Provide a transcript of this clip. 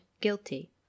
guilty